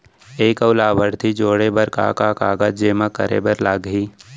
एक अऊ लाभार्थी जोड़े बर का का कागज जेमा करे बर लागही?